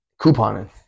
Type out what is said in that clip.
couponing